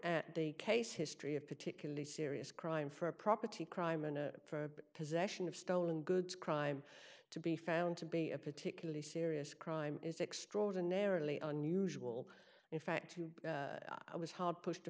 at the case history of particularly serious crime for property crime and for possession of stolen goods crime to be found to be a particularly serious crime is extraordinarily unusual in fact i was hard pushed to